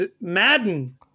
madden